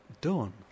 Done